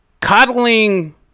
Coddling